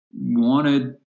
wanted